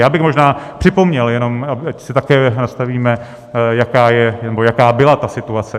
Já bych možná připomněl jenom, ať si také nastavíme, jaká je nebo jaká byla ta situace.